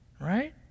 Right